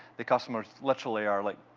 the customers, literally, are like,